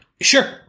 Sure